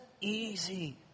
easy